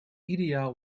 ideaal